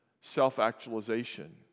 self-actualization